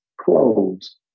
clothes